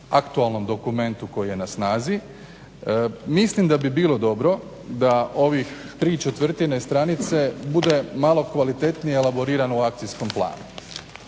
aktualnom dokumentu koji je na snazi mislim da bi bilo dobro da ovih tri četvrtine stranice bude malo kvalitetnije elaboriran u akcijskom planu.